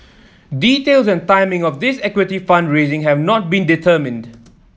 details and timing of this equity fund raising have not been determined